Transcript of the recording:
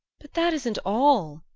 but that isn't all,